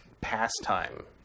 pastime